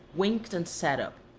winked, and sat up.